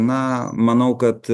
na manau kad